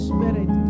Spirit